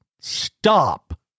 Stop